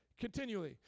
continually